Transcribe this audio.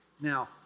Now